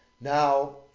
Now